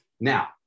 Now